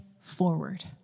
forward